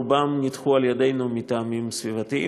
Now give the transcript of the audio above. ורובם נדחו על ידינו מטעמים סביבתיים.